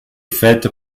faite